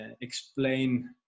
explain